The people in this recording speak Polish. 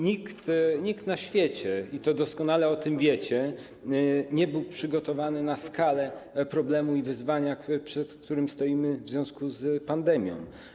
Nikt na świecie, i doskonale o tym wiecie, nie był przygotowany na skalę problemu i wyzwania, przed którymi stoimy w związku z pandemią.